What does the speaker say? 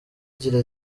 agira